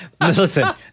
Listen